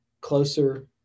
closer